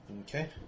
Okay